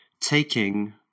Taking